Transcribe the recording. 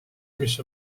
mis